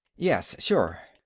yes, sure.